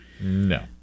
No